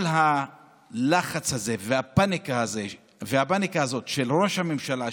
כל הלחץ הזה והפניקה הזאת של ראש הממשלה,